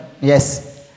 Yes